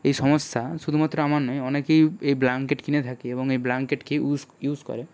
এই সমস্যা শুধুমাত্র আমার নয় অনেকেই এই ব্লাঙ্কেট কিনে থাকে এবং এই ব্লাঙ্কেটকে ইউস ইউস করে